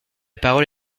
parole